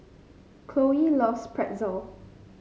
Khloe loves Pretzel